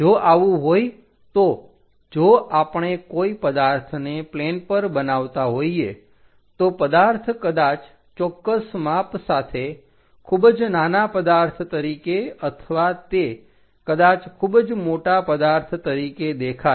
જો આવું હોય તો જો આપણે કોઈ પદાર્થને પ્લેન પર બનાવતા હોઈએ તો પદાર્થ કદાચ ચોક્કસ માપ સાથે ખુબ જ નાના પદાર્થ તરીકે અથવા તે કદાચ ખુબ જ મોટા પદાર્થ તરીકે દેખાશે